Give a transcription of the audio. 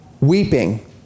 Weeping